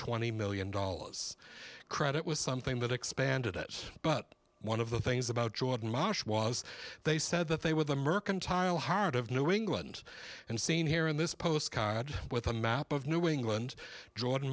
twenty million dollars credit was something that expanded it but one of the things about jordan marsh was they said that they were the mercantile heart of new england and seen here in this postcard with a map of new england